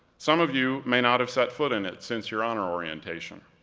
some of you may not have set foot in it since your honor orientation,